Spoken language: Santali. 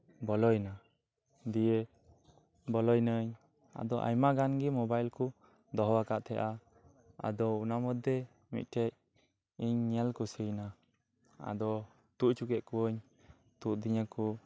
ᱵᱚᱞᱚᱭᱤᱱᱟᱹᱧ ᱫᱤᱭᱮ ᱵᱚᱞᱚᱭᱤᱱᱟᱹᱧ ᱟᱫᱚ ᱟᱭᱢᱟᱜᱟᱱ ᱜᱮ ᱢᱚᱵᱟᱭᱤᱞ ᱠᱚ ᱫᱚᱦᱚᱣᱟᱠᱟᱫ ᱛᱟᱦᱮᱱᱟ ᱟᱫᱚ ᱚᱱᱟ ᱢᱚᱫᱽᱨᱮ ᱢᱤᱫᱴᱮᱸ ᱤᱧ ᱧᱮᱞᱠᱩ ᱥᱤᱭᱮᱱᱟ ᱟᱫᱚ ᱛᱩᱫ ᱦᱚᱪᱚᱠᱮᱫ ᱠᱩᱣᱟᱹᱧ ᱛᱩᱫ ᱟᱹᱫᱤᱧ ᱟᱠᱚ